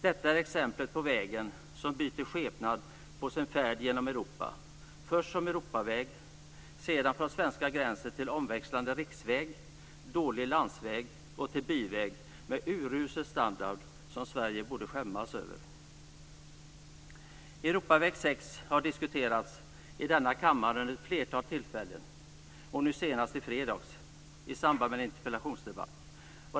Detta är exemplet på vägen som byter skepnad på sin färd genom Europa - först som Europaväg, sedan från svenska gränsen som omväxlande riksväg, dålig landsväg och byväg med urusel standard som Sverige borde skämmas över. Europaväg 6 har diskuterats i denna kammare vid ett flertal tillfällen, senast i fredags under en interpellationsdebatt.